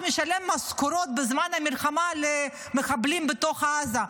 משלם משכורות בזמן המלחמה למחבלים בתוך עזה.